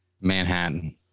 Manhattan